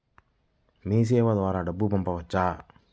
మీసేవ ద్వారా డబ్బు పంపవచ్చా?